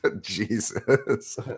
Jesus